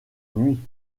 nuit